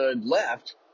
left